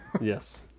Yes